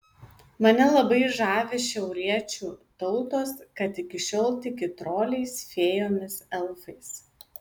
mane labai žavi šiauriečių tautos kad iki šiol tiki troliais fėjomis elfais